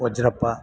Vajrappa